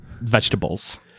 vegetables